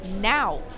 Now